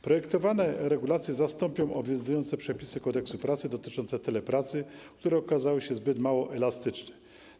Projektowane regulacje zastąpią obowiązujące przepisy Kodeksu pracy dotyczące telepracy, które okazały się zbyt mało elastyczne.